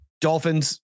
Dolphins